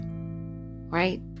right